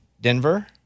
Denver